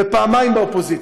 ופעמיים באופוזיציה.